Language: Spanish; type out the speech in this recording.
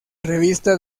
revista